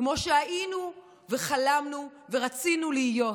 כמו שהיינו וחלמנו ורצינו להיות.